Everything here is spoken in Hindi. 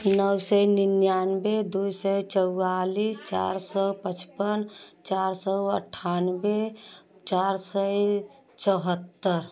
नौ सै निन्यानबे दुई सै चौआलिस चार सौ पचपन चार सौ अठानबे चार सै चौहत्तर